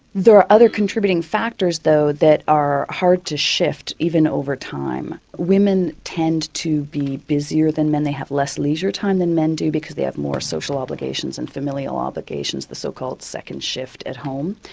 there are other contributing factors, though, that are hard to shift, even over time. women tend to be busier than men. they have less leisure time than men do because they have more social obligations and familial obligations the so-called second shift at home.